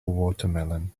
watermelon